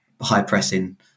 high-pressing